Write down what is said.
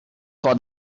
for